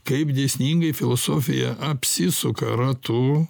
kaip dėsningai filosofija apsisuka ratu